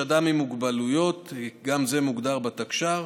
3. אדם עם מוגבלויות, גם זה מוגדר בתקשי"ר,